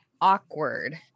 awkward